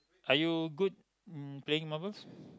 are you good in playing marbles